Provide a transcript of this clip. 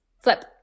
flip